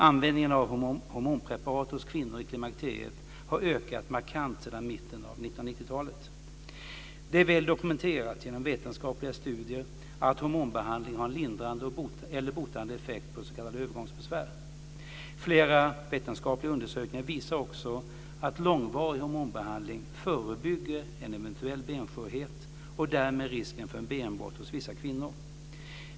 Användningen av hormonpreparat hos kvinnor i klimakteriet har ökat markant sedan mitten av 1990-talet. Det är väl dokumenterat genom vetenskapliga studier att hormonbehandling har en lindrande eller botande effekt på s.k. övergångsbesvär. Flera vetenskapliga undersökningar visar också att långvarig hormonbehandling förebygger en eventuell benskörhet och minskar därmed risken för benbrott hos vissa kvinnor.